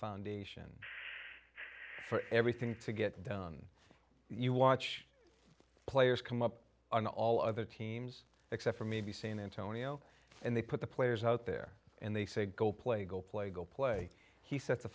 foundation for everything to get done you watch players come up on all of the teams except for maybe san antonio and they put the players out there and they say go play go play go play he set